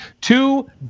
Two